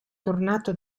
tornato